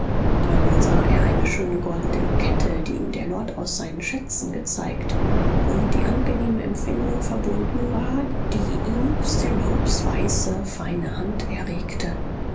dann sah er eine schöne goldene kette die ihm der lord aus seinen schätzen gezeigt womit die angenehme empfindung verbunden war die ihm stanhopes weiße feine hand erregte